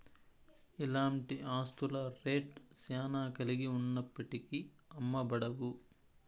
ఇలాంటి ఆస్తుల రేట్ శ్యానా కలిగి ఉన్నప్పటికీ అమ్మబడవు